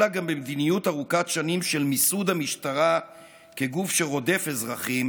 אלא גם במדיניות ארוכת שנים של מיסוד המשטרה כגוף שרודף אזרחים